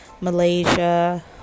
Malaysia